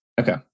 Okay